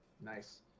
Nice